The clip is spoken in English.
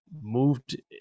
moved